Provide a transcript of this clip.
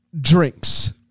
drinks